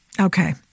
Okay